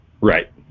Right